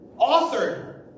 authored